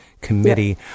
committee